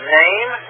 name